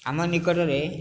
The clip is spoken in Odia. ଆମ ନିକଟରେ